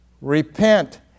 repent